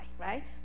right